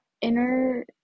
inner